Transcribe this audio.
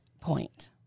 point